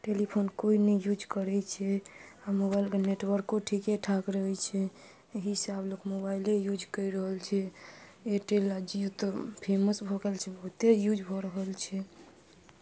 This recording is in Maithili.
टेलीफोन कोइ नहि यूज करै छै आ मोबाइलके नेटवर्को ठीके ठाक रहै छै एहिसँ आब लोक मोबाइले यूज करि रहल छै एयरटेल आ जीओ तऽ फेमस भऽ गेल छै ओते यूज भऽ रहल छै